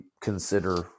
consider